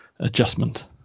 adjustment